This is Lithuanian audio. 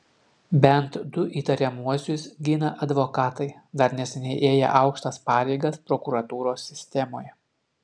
bent du įtariamuosius gina advokatai dar neseniai ėję aukštas pareigas prokuratūros sistemoje